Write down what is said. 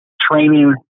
training